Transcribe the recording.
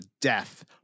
death